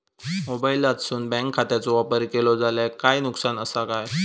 मोबाईलातसून बँक खात्याचो वापर केलो जाल्या काय नुकसान असा काय?